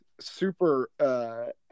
super –